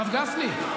הרב גפני,